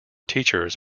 teachers